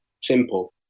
Simple